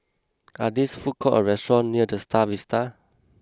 are these food courts or restaurants near the Star Vista